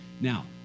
Now